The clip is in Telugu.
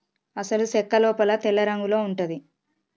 అసలు సెక్క లోపల తెల్లరంగులో ఉంటది